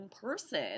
person